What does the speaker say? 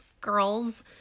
girls